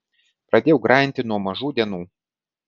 pradėjau grajinti nuo mažų dienų